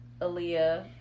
Aaliyah